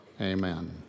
amen